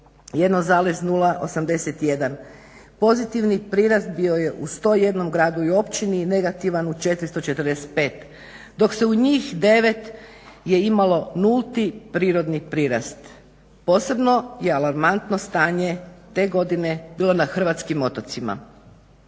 minus 1,81. Pozitivan prirast bio je u 101 gradu i općini, negativan u 445, dok se u njih 9 imalo nulti prirodni prirast. Posebno je alarmantno stanje te godine bilo na hrvatskim otocima.